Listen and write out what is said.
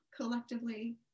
collectively